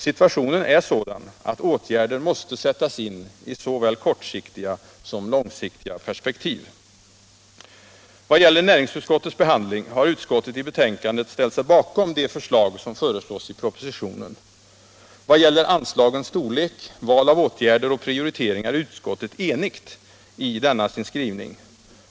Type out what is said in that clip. Situationen är sådan att åtgärder måste sättas in i såväl kortsiktiga som långsiktiga perspektiv. Vad gäller näringsutskottets behandling har utskottet i betänkandet ställt sig bakom förslagen i propositionen. Beträffande anslagens storlek, val av åtgärder och prioriteringar är utskottet enigt i sin skrivning.